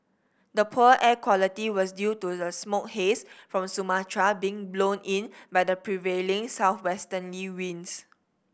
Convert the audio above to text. the poor air quality was due to the smoke haze from Sumatra being blown in by the prevailing southwesterly winds